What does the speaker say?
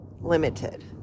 limited